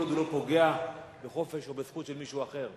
כל עוד הוא לא פוגע בחופש או בזכות של מישהו אחר.